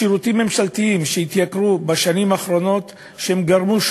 שירותים ממשלתיים התייקרו בשנים האחרונות וגרמו,